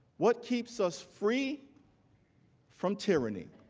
what keeps us free from tyranny